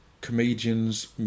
comedians